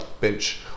bench